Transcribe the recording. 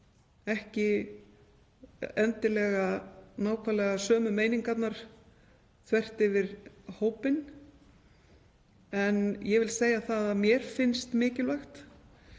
ekki endilega nákvæmlega sömu meiningarnar þvert yfir hópinn. En ég vil segja það að mér finnst mikilvægt,